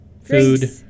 Food